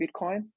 Bitcoin